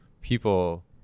people